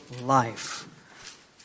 life